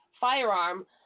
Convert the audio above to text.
firearm